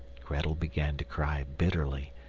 grettel began to cry bitterly,